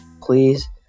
please